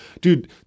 Dude